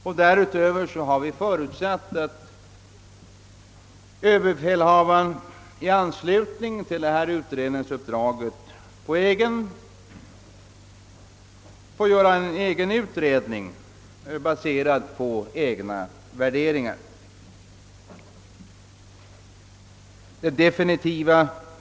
Vi har därutöver förutsatt att överbefälhavaren i anslutning till detta utredningsuppdrag får göra en egen utredning baserad på egna värderingar.